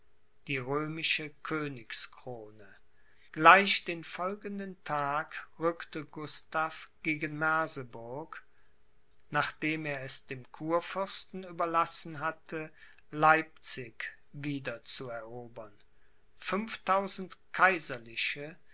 die römische königskrone gleich den folgenden tag rückte gustav gegen merseburg nachdem er es dem kurfürsten überlassen hatte leipzig wieder